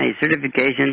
certification